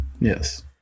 Yes